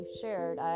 shared